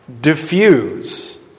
diffuse